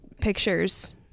pictures